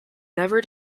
never